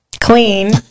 clean